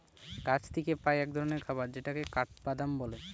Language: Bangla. গাছ থিকে পাই এক ধরণের খাবার যেটাকে কাঠবাদাম বলে